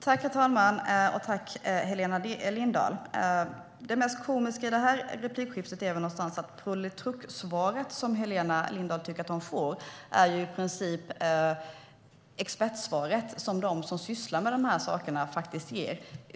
Herr talman! Jag tackar Helena Lindahl för frågan. Det mest komiska i det här replikskiftet är väl att mitt "politruksvar", som Helena Lindahl kallar det, i princip är detsamma som expertsvaret från dem som sysslar med de här sakerna.